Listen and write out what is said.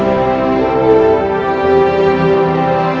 or